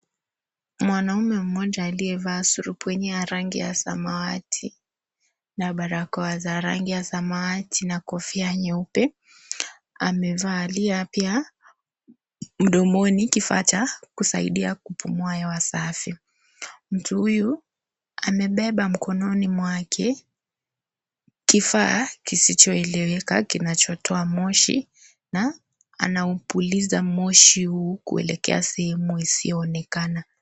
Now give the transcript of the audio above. Mwanaume moja aliyevaa surubwenye ya rangi ya samawati na barakoa za rangi ya samawati na kofia nyeupe amevalia pia mdomoni kifaa cha kusaidia kupumua hewa safi mtu huyu amebeba mkononi mwake kifaa kisichoeleweka kinachotoa moshi na anaupuliza moshi huu kuelekea sehemu isiyoonekana.